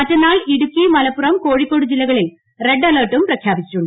മറ്റന്നാൾ ഇടുക്കി മലപ്പുറം കോഴിക്കോട് ജില്ലകളിൽ റെഡ് അലെർട്ടും പ്രഖ്യാപിച്ചിട്ടുണ്ട്